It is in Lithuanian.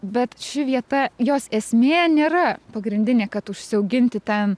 bet ši vieta jos esmė nėra pagrindinė kad užsiauginti ten